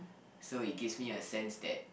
so it gives me a sense that